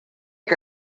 que